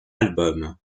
album